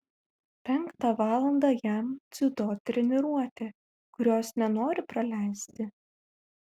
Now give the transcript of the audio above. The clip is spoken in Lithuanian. penktą valandą jam dziudo treniruotė kurios nenori praleisti